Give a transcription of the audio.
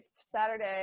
Saturday